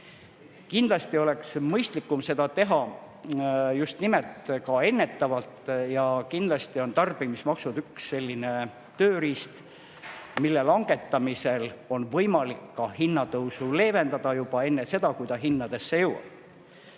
Kindlasti oleks mõistlikum seda teha just nimelt ennetavalt ja kindlasti on üks selline tööriist tarbimismaksud, mille langetamisel on võimalik hinnatõusu leevendada juba enne seda, kui ta hindadesse jõuab.